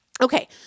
Okay